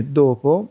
dopo